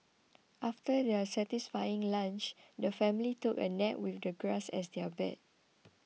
after their satisfying lunch the family took a nap with the grass as their bed